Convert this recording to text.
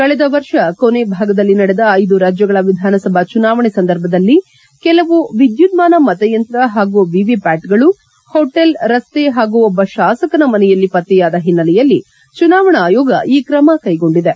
ಕಳೆದ ವರ್ಷ ಕೊನೆ ಭಾಗದಲ್ಲಿ ನಡೆದ ಐದು ರಾಜ್ಯಗಳ ವಿಧಾನಸಭಾ ಚುನಾವಣೆ ಸಂದರ್ಭದಲ್ಲಿ ಕೆಲವು ವಿದ್ಯುವ್ಮಾನ ಮತಯಂತ್ರ ಹಾಗೂ ವಿವಿ ಪ್ಯಾಟ್ಗಳು ಹೋಟೆಲ್ ರಸ್ತೆ ಹಾಗೂ ಒಬ್ಬ ಶಾಸಕನ ಮನೆಯಲ್ಲಿ ಪತ್ತೆಯಾದ ಹಿನ್ನೆಲೆಯಲ್ಲಿ ಚುನಾವಣಾ ಆಯೋಗ ಈ ಕ್ರಮ ಕೈಗೊಂಡಿದೆ